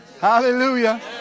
Hallelujah